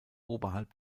oberhalb